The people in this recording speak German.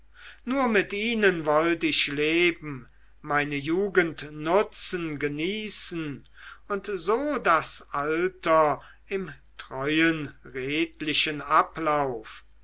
nur mit ihnen wollt ich leben meine jugend nutzen genießen und so das alter im treuen redlichen ablauf